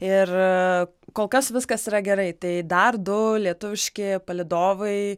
ir kol kas viskas yra gerai tai dar du lietuviški palydovai